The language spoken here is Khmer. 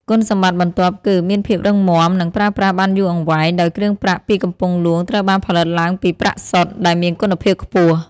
គុណសម្បត្តិបន្ទាប់គឺ មានភាពរឹងមាំ និងប្រើប្រាស់បានយូរអង្វែងដោយគ្រឿងប្រាក់ពីកំពង់ហ្លួងត្រូវបានផលិតឡើងពី ប្រាក់សុទ្ធ ដែលមានគុណភាពខ្ពស់។